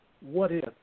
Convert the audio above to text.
what-if